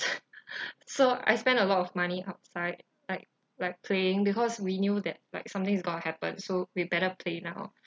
so I spend a lot of money outside like like playing because we knew that like something is going to happen so we better play now